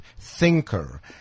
thinker